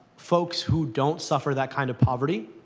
folks who don't suffer that kind of poverty,